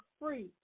free